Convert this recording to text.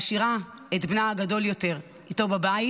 היא משאירה את בנה הגדול יותר איתו בבית,